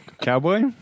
Cowboy